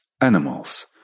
animals